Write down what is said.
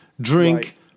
drink